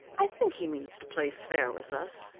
i think he means to play fair with us,